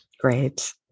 Great